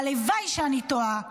והלוואי שאני טועה,